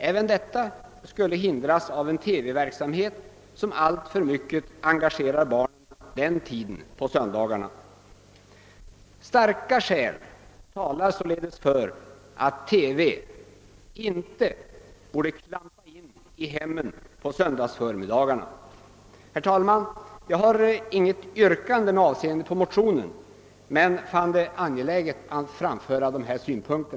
Även detta skulle hindras av en TV-verksamhet som alltför mycket engagerar barnen på söndagsförmiddagarna. Starka skäl talar således för att TV inte borde klampa in i hemmen vid denna tid. Herr talman! Jag har inget yrkande med avseende på motionen men har funnit det angeläget att framföra dessa synpunkter.